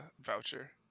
voucher